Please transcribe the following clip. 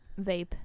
vape